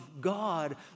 God